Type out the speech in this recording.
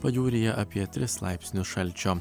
pajūryje apie tris laipsnius šalčio